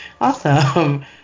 awesome